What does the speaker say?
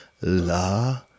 La